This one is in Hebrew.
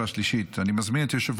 נתקבל.